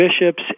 bishops